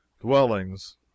dwellings